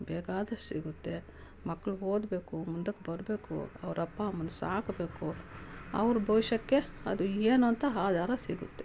ಬೇಕಾದಷ್ಟು ಸಿಗುತ್ತೆ ಮಕ್ಕಳು ಓದಬೇಕು ಮುಂದಕ್ಕೆ ಬರಬೇಕು ಅವರಪ್ಪ ಅಮ್ಮನ ಸಾಕಬೇಕು ಅವ್ರ ಭವಿಷ್ಯಕ್ಕೆ ಅದು ಏನು ಅಂತ ಆಧಾರ ಸಿಗುತ್ತೆ